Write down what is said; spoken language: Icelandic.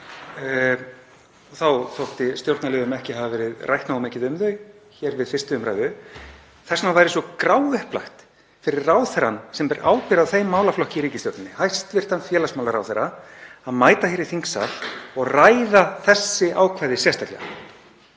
Þá þótti stjórnarliðum ekki hafa verið rætt nógu mikið um þau við 1. umr. Þess vegna væri svo gráupplagt fyrir ráðherrann sem ber ábyrgð á þeim málaflokki í ríkisstjórninni, hæstv. félagsmálaráðherra, að mæta í þingsal og ræða þessi ákvæði sérstaklega.